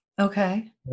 Okay